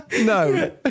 no